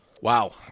wow